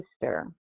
sister